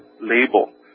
label